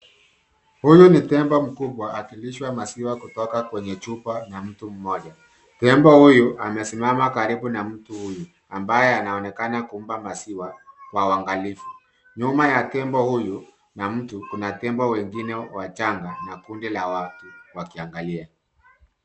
Huyu ni tembo mkubwa akilishwa maziwa kutoka kwenye chupa na mtu moja. Tembo huyo amesimama karibu na mtu huyu, ambaye anaonekana kumpa maziwa kwa uangilivu. Nyuma ya tembo huyu na mtu kuna tembo wengine wachanga na kundi la watu wakiangalia.